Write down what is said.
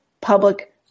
public